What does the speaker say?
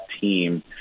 team